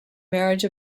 marriage